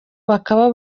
bakaba